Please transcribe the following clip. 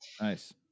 Nice